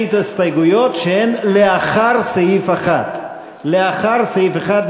הסתייגויות שהן לאחר סעיף 1. לאחר סעיף 1,